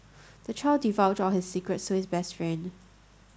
the child divulged all his secrets to his best friend